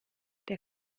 der